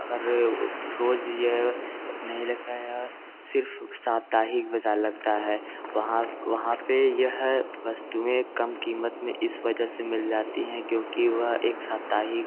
अगर वो रोज़ यह नहीं लगता है यह सिर्फ़ साप्ताहिक बज़ार लगता है वहाँ वहाँ पर यह वस्तूएं कम कीमत में इस वजह से मिल जाती हैं क्योंकि वह एक साप्ताहिक